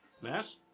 Mass